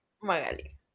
Magali